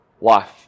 life